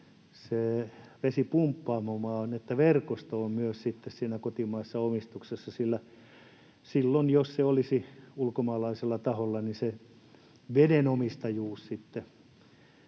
vesipumppaamo, on myös sitten siinä kotimaisessa omistuksessa, sillä silloin, jos se olisi ulkomaalaisella taholla, se veden omistajuus